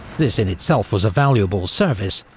this in itself was a valuable service,